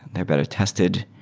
they're better tested,